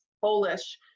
Polish